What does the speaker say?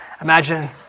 Imagine